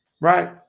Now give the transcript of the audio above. Right